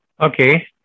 Okay